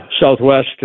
Southwest